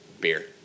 beer